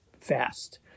fast